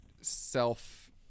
self